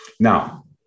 Now